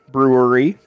Brewery